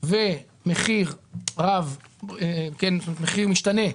ומחיר משתנה,